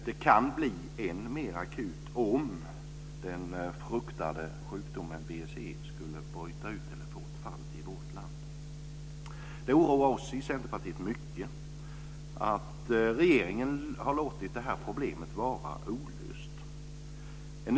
Det kan bli än mer akut om vi i vårt land skulle få fall av den fruktade sjukdomen BSE. Det oroar oss i Centerpartiet mycket att regeringen har låtit det här problemet vara olöst.